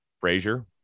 Frazier